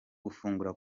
gufungura